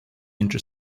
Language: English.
inter